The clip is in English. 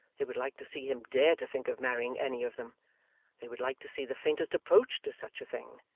they would like to see him dare to think of marrying any of them they would like to see the faintest approach to such a thing.